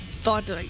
thought